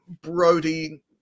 Brody